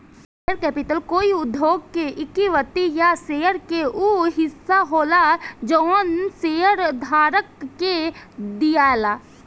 share capital कोई उद्योग के इक्विटी या शेयर के उ हिस्सा होला जवन शेयरधारक के दियाला